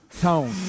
tone